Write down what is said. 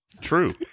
true